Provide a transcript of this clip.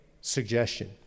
suggestion